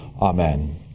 amen